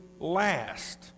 last